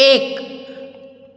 एक